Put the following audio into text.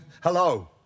Hello